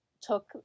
took